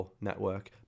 network